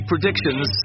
predictions